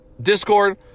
discord